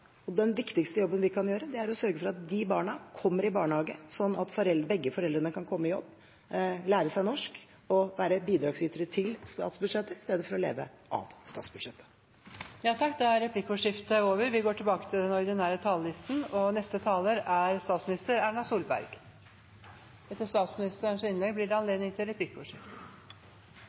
minoritetsfamilier. Den viktigste jobben vi kan gjøre, er å sørge for at disse barna kommer seg i barnehage, slik at begge foreldrene kan komme i jobb, lære seg norsk og være bidragsytere til statsbudsjettet i stedet for å leve av statsbudsjettet. Replikkordskiftet er over. Det går godt i norsk økonomi, og den ansvarlige økonomiske politikken er et gjenkjennelig trekk ved regjeringens politikk. Gjennom å være tilbakeholdne i bruken av oljepenger i gode tider skaper vi